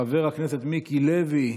חבר הכנסת מיקי לוי,